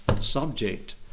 Subject